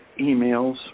emails